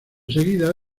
seguida